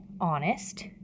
honest